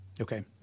Okay